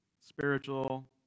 spiritual